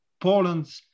Poland